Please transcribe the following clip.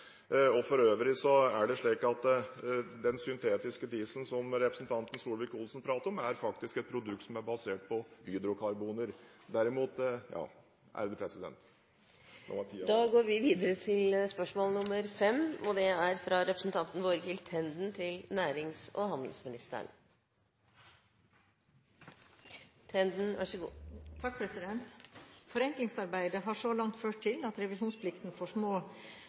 For øvrig er det slik at den syntetiske dieselen, som representanten Solvik-Olsen prater om, faktisk er et produkt som er basert på hydrokarboner. «Forenklingsarbeidet har så langt ført til at revisjonsplikten for små selskaper er fjernet, og at kravet til aksjeselskaper i nystartede aksjeselskaper er